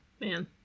Man